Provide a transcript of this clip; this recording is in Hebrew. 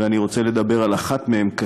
ואני רוצה לדבר על אחת מהן,